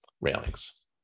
railings